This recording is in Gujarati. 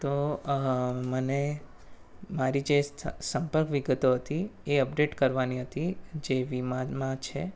તો મને મારી જે સંપર્ક વિગતો હતી એ અપડેટ કરવાની હતી જે વીમામાં છે